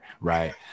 Right